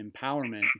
empowerment